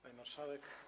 Pani Marszałek!